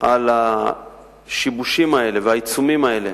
על השיבושים האלה והעיצומים האלה